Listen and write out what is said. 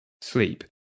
sleep